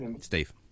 Steve